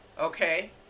Okay